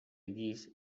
guix